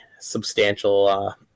substantial